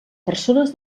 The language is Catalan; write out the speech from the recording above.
persones